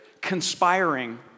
conspiring